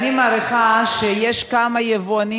אני מעריכה שיש כמה יבואנים,